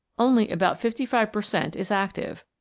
only about fifty five per cent is active,